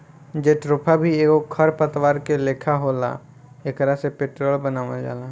jatropha भी एगो खर पतवार के लेखा होला एकरा से पेट्रोल बनावल जाला